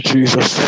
Jesus